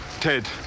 Ted